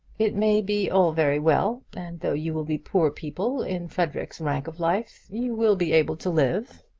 it may be all very well, and though you will be poor people, in frederic's rank of life, you will be able to live.